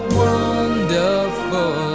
wonderful